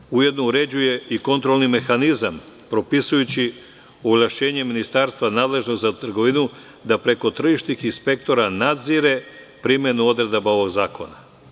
Zakon ujedno uređuje i kontrolni mehanizam propisujući ovlašćenje ministarstva nadležnog za trgovinu da preko tržišnih inspektora nadzire primenu odredaba ovog zakona.